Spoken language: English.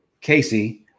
casey